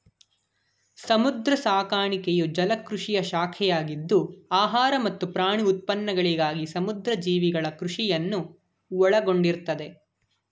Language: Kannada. ಸಮುದ್ರ ಸಾಕಾಣಿಕೆಯು ಜಲಕೃಷಿಯ ಶಾಖೆಯಾಗಿದ್ದು ಆಹಾರ ಮತ್ತು ಪ್ರಾಣಿ ಉತ್ಪನ್ನಗಳಿಗಾಗಿ ಸಮುದ್ರ ಜೀವಿಗಳ ಕೃಷಿಯನ್ನು ಒಳಗೊಂಡಿರ್ತದೆ